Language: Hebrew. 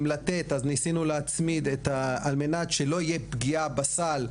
עם לתת, ניסינו להצמיד על מנת שלא יהיה פגיעה בסל.